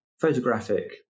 photographic